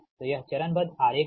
तो यह चरणबद्ध आरेख है